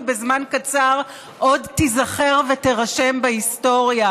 בזמן קצר עוד תיזכר ותירשם בהיסטוריה,